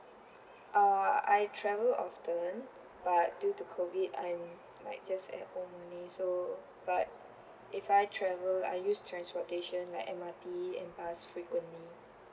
uh I travel often but due to COVID I'm like just at home only so but if I travel I use transportation like M_R_T and bus frequently